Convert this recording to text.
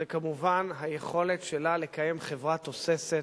זה כמובן היכולת שלה לקיים חברה תוססת,